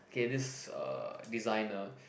okay this uh designer